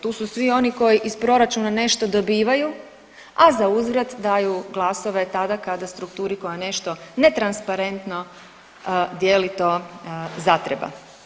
Tu su svi oni koji iz proračuna nešto dobivaju, a zauzvrat daju glasove tada kada strukturi koja nešto netransparentno dijeli, to zatreba.